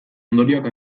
ondorioak